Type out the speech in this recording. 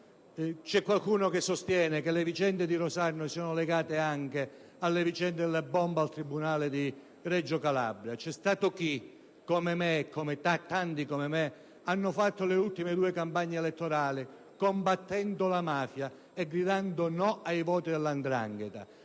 C'è qualcuno che sostiene che le vicende di Rosarno siano legate anche a quelle della bomba al tribunale di Reggio Calabria. C'è stato chi, come me e come tanti altri, ha fatto le ultime due campagne elettorali combattendo la mafia e gridando: "No ai voti della 'ndrangheta".